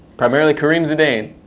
primarily, kareem zidane,